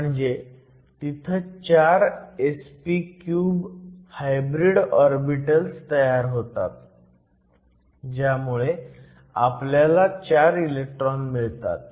म्हणजे तिथं चार sp3 हायब्रीड ओरबीटल्स तयार होतात ज्यामुळे आपल्याला 4 इलेक्ट्रॉन मिळतात